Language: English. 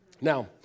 Now